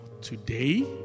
today